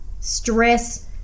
stress